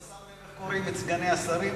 אתה שם לב איך קורעים את סגני השרים?